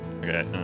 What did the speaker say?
okay